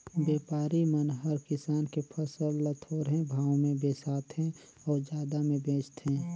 बेपारी मन हर किसान के फसल ल थोरहें भाव मे बिसाथें अउ जादा मे बेचथें